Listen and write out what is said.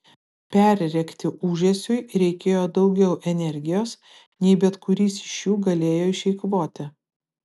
perrėkti ūžesiui reikėjo daugiau energijos nei bet kuris iš jų galėjo išeikvoti